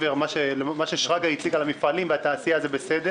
מה ששרגא ברוש הציג על המפעלים ועל התעשייה זה בסדר,